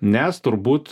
nes turbūt